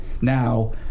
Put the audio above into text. now